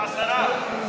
עשרה.